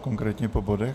Konkrétně po bodech?